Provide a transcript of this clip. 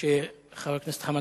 לאחר אישור הצעת החוק,